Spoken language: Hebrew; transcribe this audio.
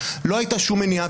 לא הייתה שום מניעה.